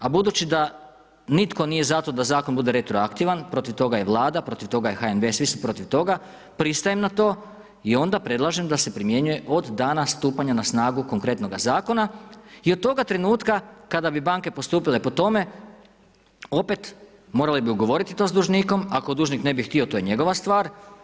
A budući da nitko nije zato da zakon bude retroaktivan, protiv toga je Vlada, protiv toga je HNB, svi su protiv toga, pristajem na to i onda predlažem da se primjenjuje od dana stupanja na snagu konkretnoga zakona. i od toga trenutka kada bi banke postupile po tome, opet morale bi ugovoriti to s dužnikom, ako dužnik ne bi htio, to je njegova stvar.